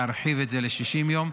להרחיב את זה ל-60 יום.